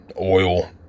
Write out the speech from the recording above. oil